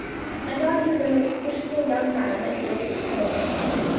and are you the most beautiful young man at bates corners, henry?